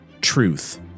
truth